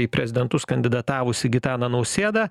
į prezidentus kandidatavusį gitaną nausėdą